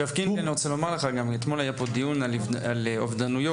אתמול היה פה דיון על אובדנות,